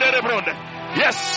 Yes